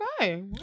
Okay